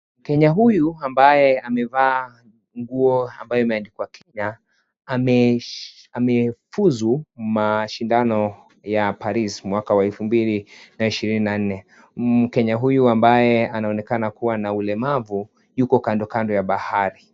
Mkenya huyu ambaye amevaa nguo ambayo imeandikwa Kenya amefusu mashindano ya Paris mwaka wa elfu mbili na ishirini na nne mkenya huyu ambaye anaonekana kuwa na ulemavu yuko kandokando ya bahari.